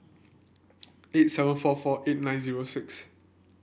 eight seven four four eight nine zero six